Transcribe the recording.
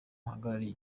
muhagarariye